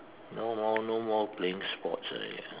no more no more playing sports already ah